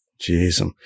Jesus